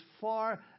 far